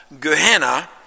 Gehenna